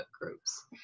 groups